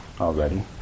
already